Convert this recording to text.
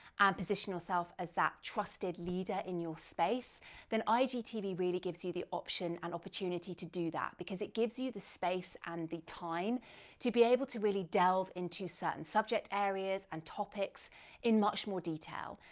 and position yourself as that trusted leader in your space, then igtv really gives you the option and opportunity to do that, because it gives you the space and the time to be able to really delve into certain subject areas and topics in much more detail,